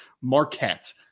Marquette